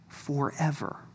forever